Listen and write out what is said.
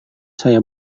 saya